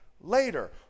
later